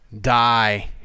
die